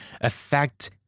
affect